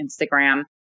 Instagram